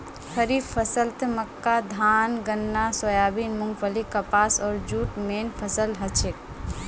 खड़ीफ फसलत मक्का धान गन्ना सोयाबीन मूंगफली कपास आर जूट मेन फसल हछेक